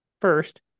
First